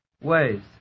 ways